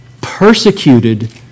persecuted